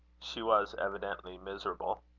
she was evidently miserable.